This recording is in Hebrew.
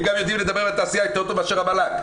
הם גם יודעים לדבר עם התעשייה יותר טוב מאשר המל"ג.